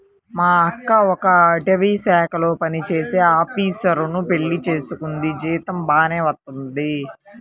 మా అక్క ఒక అటవీశాఖలో పనిజేసే ఆపీసరుని పెళ్లి చేసుకుంది, జీతం బాగానే వత్తది